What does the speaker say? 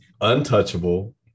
untouchable